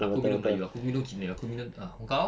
aku minum melayu aku minum cina aku minum ah kau